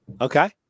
okay